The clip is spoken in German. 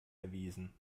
erwiesen